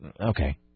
okay